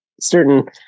certain